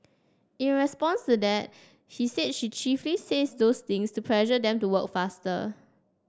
in response to that he said she chiefly says those things to pressure them to work faster